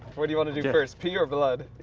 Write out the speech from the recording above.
what do you want to do first pee or blood? yeah,